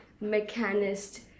mechanist